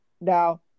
Now